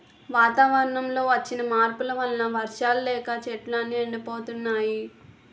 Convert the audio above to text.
వాతావరణంలో వచ్చిన మార్పుల వలన వర్షాలు లేక చెట్లు అన్నీ ఎండిపోతున్నాయి